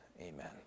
Amen